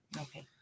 Okay